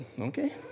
okay